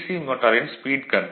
மோட்டாரின் speed control